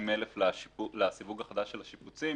350,000 לסיווג החדש של השיפוצים